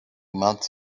months